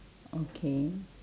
okay